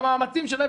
במאמצים שלהם,